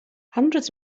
hundreds